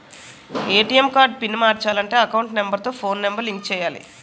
ATM card pin మార్చాలంటే account number తో phone number link చేయాలి